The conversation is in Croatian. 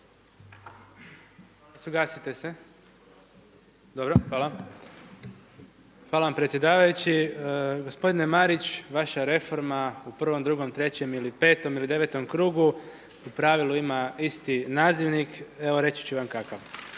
Vilibor (Živi zid)** Hvala vam predsjedavajući. Gospodine Marić, vaša reforma u prvom, drugom, trećem ili petom ili devetom krugu u pravilu ima isti nazivnik, evo reći ću vam kakav.